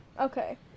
Okay